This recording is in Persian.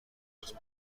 درست